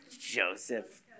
Joseph